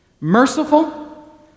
merciful